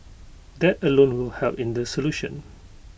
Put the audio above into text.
that alone will help in the solution